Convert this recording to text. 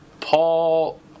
Paul